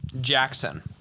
Jackson